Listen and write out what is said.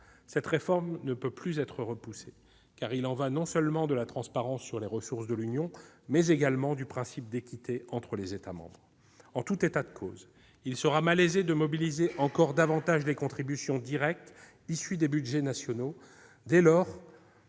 Cette réforme ne peut plus être repoussée ; il y va non seulement de la transparence sur les ressources de l'Union, mais également du principe d'équité entre les États membres. En tout état de cause, il sera malaisé de mobiliser encore davantage les contributions directes issues des budgets nationaux. Dès lors,